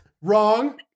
Wrong